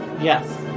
Yes